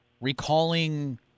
recalling